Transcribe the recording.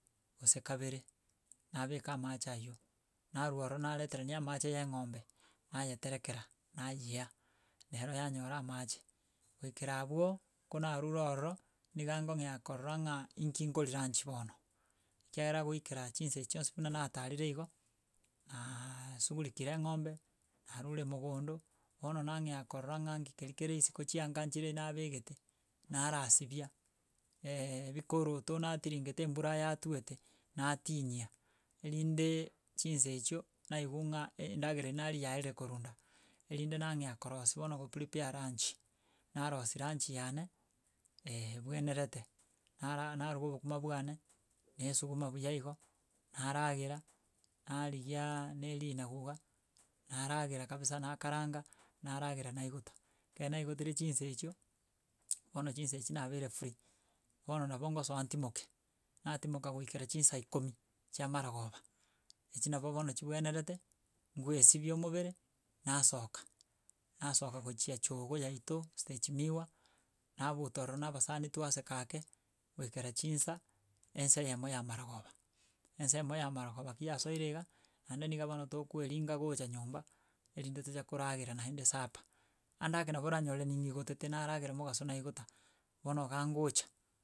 Gose kabere, nabeka amache aywo, narwo oror nareterania amache ya eng'ombe nayeterekera, nanyea, nero yanyora amache. Goikera abwo, ko narure ororo, niga nkong'ea korora ng'a inki nkoria ranchi bono, ekiagera goika chinsa echi chionsi pi buna natarire igo, naaaaasugurikire eng'ombe, narure mogondo, bono nang'ea korora ng'a nki keri kere isiko chianga nchire nabegete, narasibia, bikoroto natiringete embura yatuete natinyia, erinde chinsa echio, naigwa ng'a endagera eri naria yaerire korwa enda, erinde nang'ea korosia, bono koprepare ranchi. Narosia ranchi yane, ebwenerete, nara naruga obokima bwane, na esuguma buya igo, narrega, narigiaaa na erinagu iga, naragera kabisa nakaranga, naragera naigota. Ekero naigotire chinsa echio, bono chinsa echio nabeire free, bono nabo ngosoa ntimoke, natimoka goikera chinsa ikomi chia marogoba. Echi nabo bono chibwenerete, ngoesibia omobere, nasoka. Nasoka gochia ejogoo yaito, stage miwa, nabuta ororo na abasani twaseka ake, goikera chinsa, ensa eyemo ya marogoba. Ensa eyemo ya marogoba ki yasoire iga, naende niga bono tokoeringa gocha nyomba erinde tocha koragera naende sapa. Ande ake nabo ornyore ninyigotete naragera mogaso naigota, bono iga ngocha.